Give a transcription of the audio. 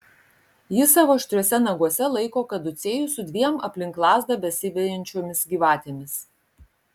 ji savo aštriuose naguose laiko kaducėjų su dviem aplink lazdą besivejančiomis gyvatėmis